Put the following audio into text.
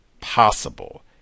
possible